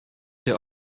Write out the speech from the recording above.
der